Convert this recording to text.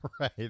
Right